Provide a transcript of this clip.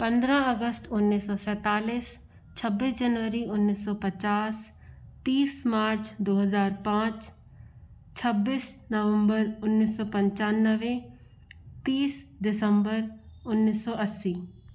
पंद्रह अगस्त उन्नीस सौ सैंतालीस छब्बीस जनवरी उन्नीस सौ पचास तीस मार्च दो हज़ार पाँच छब्बीस नवंबर उन्नीस सौ पचानवे तीस दिसम्बर उन्नीस सौ अस्सी